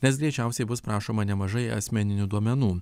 nes greičiausiai bus prašoma nemažai asmeninių duomenų